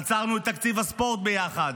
עצרנו את תקציב הספורט ביחד,